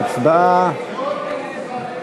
התשע"ג 2013,